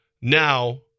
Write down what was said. Now